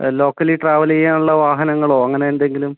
ആ locally travel ചെയ്യാനുള്ള വാഹനങ്ങളോ അങ്ങനെ എന്തെങ്കിലും